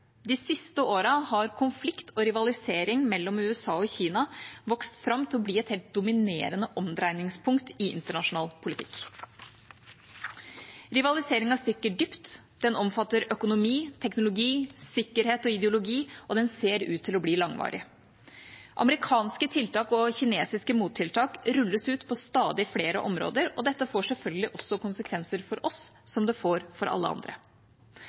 De siste årene har konflikt og rivalisering mellom USA og Kina vokst fram til å bli et helt dominerende omdreiningspunkt i internasjonal politikk. Rivaliseringen stikker dypt, den omfatter økonomi, teknologi, sikkerhet og ideologi, og den ser ut til å bli langvarig. Amerikanske tiltak – og kinesiske mot-tiltak – rulles ut på stadig flere områder, og dette får selvfølgelig konsekvenser også for oss, som det får for alle andre.